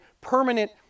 permanent